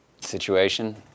situation